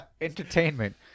entertainment